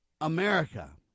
America